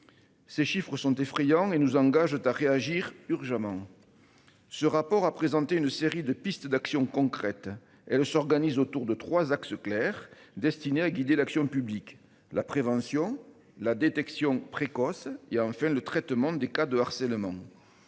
Ces chiffres sont effrayants et nous engage à réagir urgemment. Ce rapport a présenté une série de pistes d'actions concrètes. Elle s'organise autour de 3 axes clairs destiné à guider l'action publique, la prévention, la détection précoce, il y a enfin le traitement des cas de harcèlement.